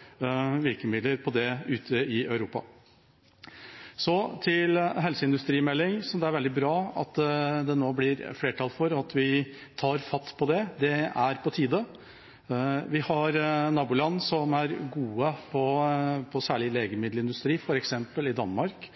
virkemidler. De har litt andre virkemidler ute i Europa. Så til helseindustrimeldingen, som det er veldig bra at det nå blir flertall for at vi tar fatt på. Det er på tide. Vi har naboland som er gode på særlig legemiddelindustri, f.eks. Danmark.